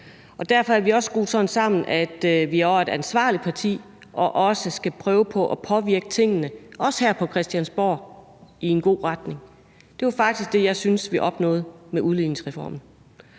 Derfor er vi skruet sådan sammen, at vi også er et ansvarligt parti, og vi skal prøve at påvirke tingene, også her på Christiansborg, i en god retning. Det var faktisk det, jeg synes vi opnåede med udligningsreformen.